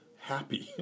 happy